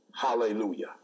hallelujah